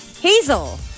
Hazel